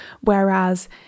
whereas